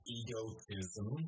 egotism